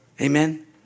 Amen